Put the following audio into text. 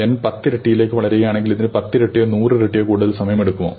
N പത്തിരട്ടിയിലേക്ക് വളരുകയാണെങ്കിൽ ഇതിന് പത്തിരട്ടിയോ നൂറിരട്ടിയോ കൂടുതൽ സമയമോ എടുക്കുമോ